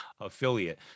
affiliate